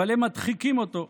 אבל הם מדחיקים אותו.